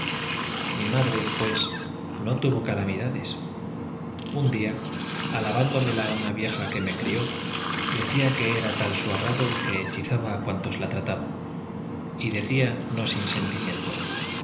mi madre pues no tuvo calamidades un día alabándomela una vieja que me crió decía que era tal su agrado que hechizaba a cuantos la trataban y decía no sin sentimiento